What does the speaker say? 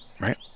right